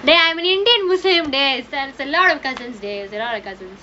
there are many indian resume their sense alarm cousins days at other cousins